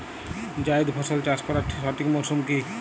জায়েদ ফসল চাষ করার সঠিক মরশুম কি?